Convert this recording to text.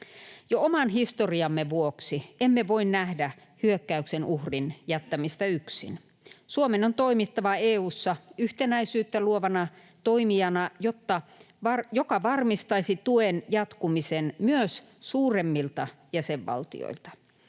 Jo oman historiamme vuoksi emme voi nähdä hyökkäyksen uhrin jättämistä yksin. Suomen on toimittava EU:ssa yhtenäisyyttä luovana toimijana, joka varmistaisi tuen jatkumisen myös suuremmilta jäsenvaltioilta.